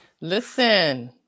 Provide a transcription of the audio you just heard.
listen